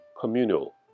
communal